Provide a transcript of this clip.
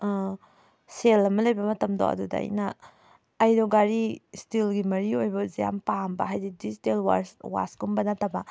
ꯁꯦꯜ ꯑꯃ ꯂꯩꯕ ꯃꯇꯝꯗꯣ ꯑꯗꯨꯗ ꯑꯩꯅ ꯑꯩꯗꯣ ꯘꯥꯔꯤ ꯏꯁꯇꯤꯜꯒꯤ ꯃꯔꯤ ꯑꯣꯏꯕꯁꯦ ꯌꯥꯝ ꯄꯥꯝꯕ ꯍꯥꯏꯗꯤ ꯗꯤꯖꯤꯇꯦꯜ ꯋꯥꯠꯆ ꯋꯥꯠꯆꯀꯨꯝꯕ ꯅꯠꯇꯕ